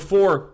four